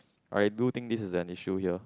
I do think this is an issue here